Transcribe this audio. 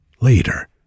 later